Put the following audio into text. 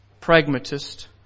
Pragmatist